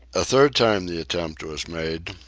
a third time the attempt was made,